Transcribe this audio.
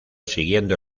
siguiendo